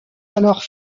alors